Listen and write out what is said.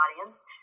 audience